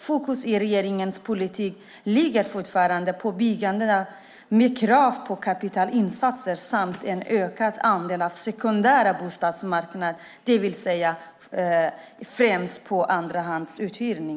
Fokus i regeringens politik är fortfarande på byggande av bostäder med krav på kapitalinsatser samt på en ökad andel av sekundär bostadsmarknad, det vill säga främst andrahandsuthyrning.